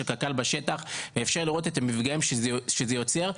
קק"ל בשטח ובו אפשר לראות את המפגעים שזה יוצר.